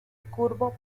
curvo